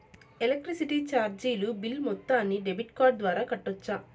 Electricity చార్జీలు bill మొత్తాన్ని debit card ద్వారా కట్టొచ్చా?